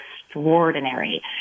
extraordinary